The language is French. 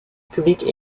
république